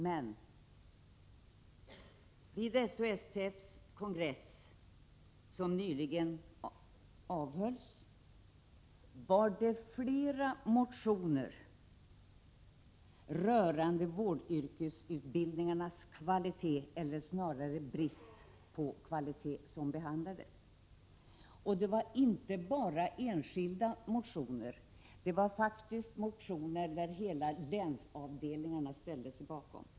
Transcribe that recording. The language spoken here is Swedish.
Men vid SHSTF:s kongress, som nyligen avhölls, behandlades flera motioner rörande vårdyrkesutbildningarnas kvalitet, eller snarare brist på kvalitet. Och det var inte bara enskilda motioner. Det hade faktiskt väckts motioner som hela länsavdelningarna ställt sig bakom.